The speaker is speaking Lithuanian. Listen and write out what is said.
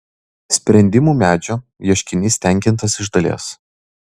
sprendimų medžio ieškinys tenkintas iš dalies